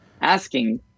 asking